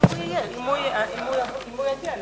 אם הוא יהיה, אם הוא יגיע לכאן.